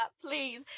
please